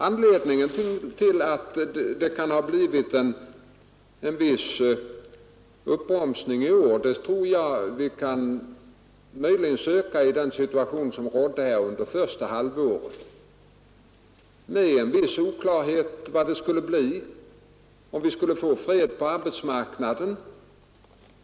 Anledningen till att det blivit en viss uppbromsning i år kan möjligen också sökas i den situation som rådde under första halvåret, då det var oklart om vi skulle få fred på arbetsmarknaden.